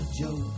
joke